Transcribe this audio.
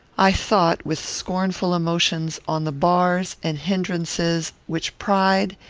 i thought, with scornful emotions, on the bars and hinderances which pride,